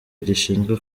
gishinzwe